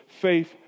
faith